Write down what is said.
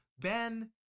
Ben